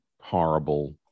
horrible